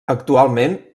actualment